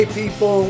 people